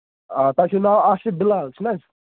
آ تۄہہِ چھُو ناو آصف بِلال چھُ نہ حظ